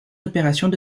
opérations